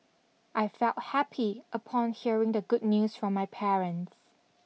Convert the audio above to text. I felt happy upon hearing the good news from my parents